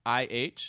IH